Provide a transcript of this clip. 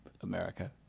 america